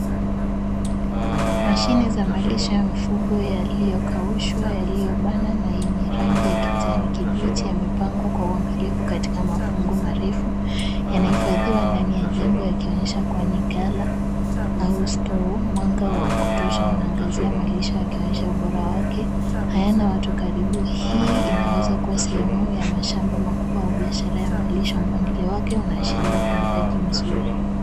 Mashine za malisho ya mifugo yaliyokaushwa, yaliyobanwa na yenye rangi ya kijani kibichi, yamepangwa kwa uangalifu katika mafungu marefu, yanahifadhiwa ndani ya jengo yakionyesha kuwa ni ghala au store . Mwanga wa kutosha unaangazia malisho, yakionyesha ubora wake, hayana watu karibu. Hii inaweza kuwa sehemu ya mashamba makubwa au biashara ya malisho, mpangilio wake unaashiria utunzaji mzuri.